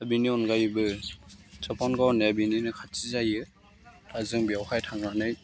दा बेनि अनगायैबो सफनगाव होननाया बेनिनो खाथि जायो दा जों बेवहाय थांनानै